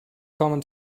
common